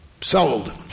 sold